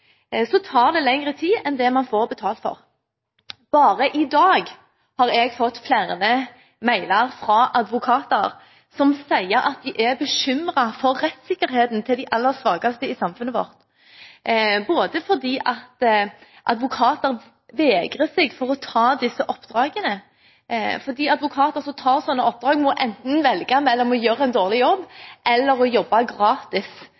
tar det lengre tid enn det man får betalt for. Bare i dag har jeg fått flere mailer fra advokater som sier at de er bekymret for rettssikkerheten til de aller svakeste i samfunnet vårt fordi de vegrer seg for å ta disse oppdragene, fordi de som tar slike oppdrag, må velge enten å gjøre en dårlig jobb eller å jobbe gratis